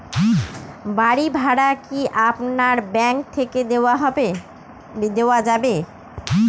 বাড়ী ভাড়া কি আপনার ব্যাঙ্ক থেকে দেওয়া যাবে?